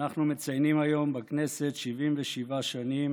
אנחנו מציינים היום בכנסת 77 שנים